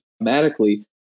automatically